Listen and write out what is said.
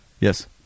Yes